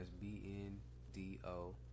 B-N-D-O